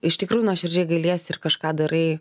iš tikrųjų nuoširdžiai gailiesi ir kažką darai